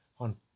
On